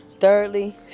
Thirdly